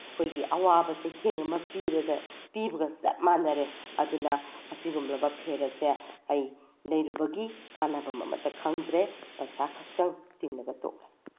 ꯑꯩꯈꯣꯏꯒꯤ ꯑꯋꯥꯕ ꯆꯩꯊꯦꯡ ꯑꯃ ꯄꯤꯕꯒ ꯆꯞ ꯃꯥꯟꯅꯔꯦ ꯑꯗꯨꯅ ꯑꯁꯤꯒꯨꯝꯂꯕ ꯐꯦꯟ ꯑꯁꯦ ꯑꯩ ꯂꯩꯔꯨꯕꯒꯤ ꯀꯥꯟꯅꯐꯝ ꯑꯃꯠꯇ ꯈꯪꯗ꯭ꯔꯦ ꯄꯩꯁꯥ ꯈꯛꯇꯪ ꯇꯤꯡꯂꯒ ꯇꯣꯛꯑꯦ